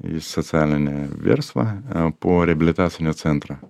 į socialinę verslą po reabilitacinio centro